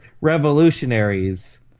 revolutionaries